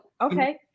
okay